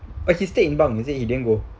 okay stay in bunk you said he didn't go